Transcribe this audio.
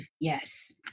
yes